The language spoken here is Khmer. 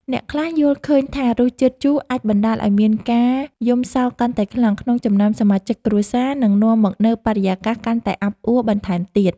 អ្នកខ្លះយល់ឃើញថារសជាតិជូរអាចបណ្តាលឱ្យមានការយំសោកកាន់តែខ្លាំងក្នុងចំណោមសមាជិកគ្រួសារ និង នាំមកនូវបរិយាកាសកាន់តែអាប់អួរបន្ថែមទៀត។